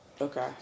Okay